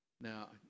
Now